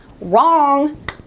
Wrong